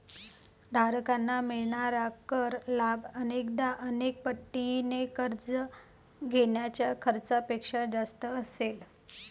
धारकांना मिळणारा कर लाभ अनेकदा अनेक पटीने कर्ज घेण्याच्या खर्चापेक्षा जास्त असेल